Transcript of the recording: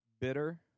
Bitter